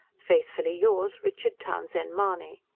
faithfully yours, richard townshend-mahony.